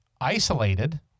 isolated